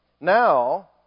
Now